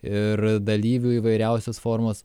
ir dalyvių įvairiausios formos